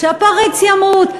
שהפריץ ימות,